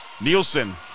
Nielsen